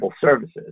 services